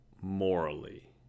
morally